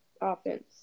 offense